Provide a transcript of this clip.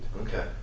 Okay